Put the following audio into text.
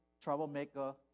troublemaker